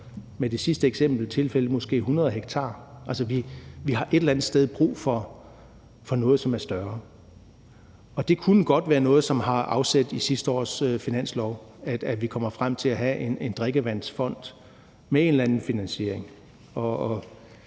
med det sidste eksempel, og altså, vi har et eller andet sted brug for noget, som er større, og det kunne godt være noget, som har afsæt i sidste års finanslov, at vi kommer frem til at have en drikkevandsfond med en eller anden finansiering, og